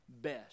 Best